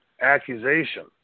accusation